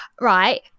Right